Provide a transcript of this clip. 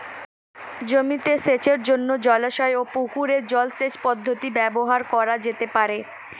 জমিতে সেচের জন্য জলাশয় ও পুকুরের জল সেচ পদ্ধতি ব্যবহার করা যেতে পারে?